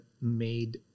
made